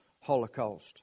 holocaust